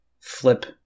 flip